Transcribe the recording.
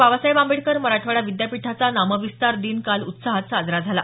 बाबासाहेब आंबेडकर मराठवाडा विद्यापीठाचा नामविस्तार दिन काल उत्साहात साजरा झाला